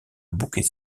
bouquets